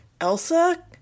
Elsa